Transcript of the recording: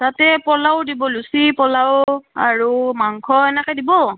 তাতে পোলাও দিব লুচি পোলাও আৰু মাংস এনেকৈ দিব